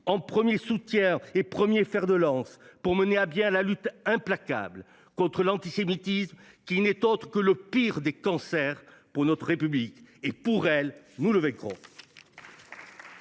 vos premiers soutiens et les premiers fers de lance pour mener à bien la lutte implacable contre l’antisémitisme, qui n’est autre que le pire des cancers pour notre République. Et pour elle, nous le vaincrons